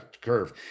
curve